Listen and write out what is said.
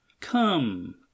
COME